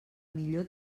millor